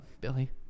Billy